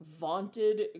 vaunted